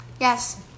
Yes